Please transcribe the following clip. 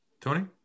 Tony